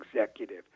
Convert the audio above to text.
executive